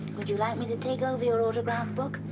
would you like me to take over your autograph book?